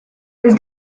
this